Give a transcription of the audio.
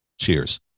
Cheers